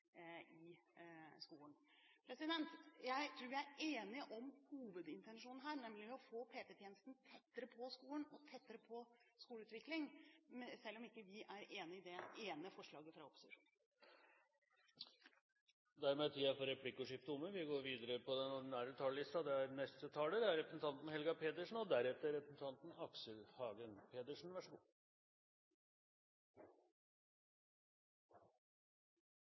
i skolen. Jeg tror vi er enige om hovedintensjonen her, nemlig å få PP-tjenesten tettere på skolen og tettere på skoleutvikling, selv om vi ikke er enig i det ene forslaget fra opposisjonen. Dermed er replikkordskiftet omme. En god skole er helt avgjørende for enkeltmenneskets frihet til å velge sitt eget liv, og en god skole er helt avgjørende for at vi som samfunn skal bemanne velferdsstaten og